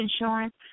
insurance